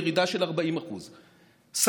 ירידה של 40%. אף אחד לא מתווכח איתך על זה.